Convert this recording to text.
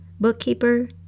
bookkeeper